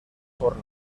por